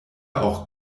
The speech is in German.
auch